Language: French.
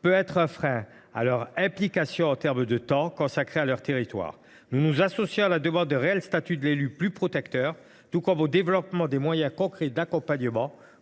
peut être un frein à leur implication en termes de temps consacré à leurs territoires. Nous nous associons à la demande d’un véritable statut de l’élu plus protecteur et du développement des moyens concrets d’accompagnement